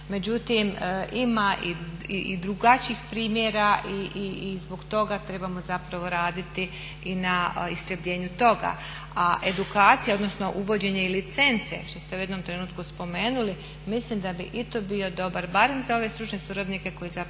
međutim ima i drugačijih primjera i zbog toga trebamo zapravo raditi i na istrebljenju toga, a edukacija odnosno uvođenje i licence što ste u jednom trenutku spomenuli, mislim da bi i to bio dobar barem za ove stručne suradnike koji zapravo